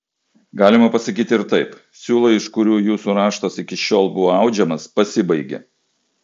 galima pasakyti ir taip siūlai iš kurių jūsų raštas iki šiol buvo audžiamas pasibaigė